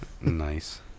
Nice